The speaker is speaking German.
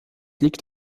liegt